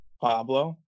Pablo